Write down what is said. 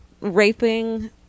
raping